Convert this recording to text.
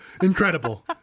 Incredible